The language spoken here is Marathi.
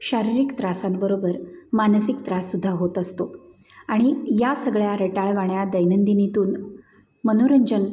शारीरिक त्रासांबरोबर मानसिक त्रास सुद्धा होत असतो आणि या सगळ्या रटाळवाण्या दैनंदिनीतून मनोरंजन